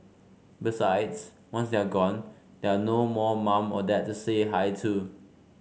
besides once they are gone there no more mum or dad to say hi to